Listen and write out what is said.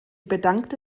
bedankte